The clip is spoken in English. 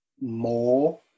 more